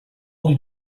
only